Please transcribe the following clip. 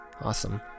awesome